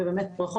ובאמת ברכות.